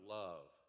love